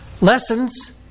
Lessons